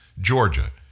Georgia